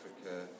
Africa